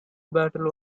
battle